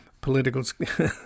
political